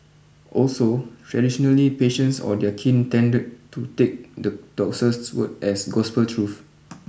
also traditionally patients or their kin tended to take the doctor's word as gospel truth